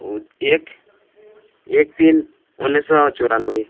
ଏକ ଏକ ତିନି ଉନେଇଶ ଚଉରାନବେ